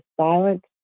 silent